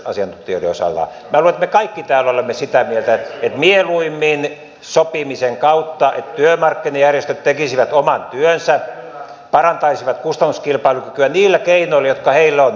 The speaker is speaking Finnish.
minä luulen että me kaikki täällä olemme sitä mieltä että mieluimmin sopimisen kautta että työmarkkinajärjestöt tekisivät oman työnsä parantaisivat kustannuskilpailukykyä niillä keinoilla jotka heillä on